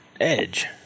edge